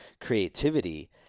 creativity